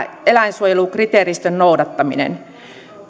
eläinsuojelukriteeristön noudattaminen